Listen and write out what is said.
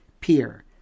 peer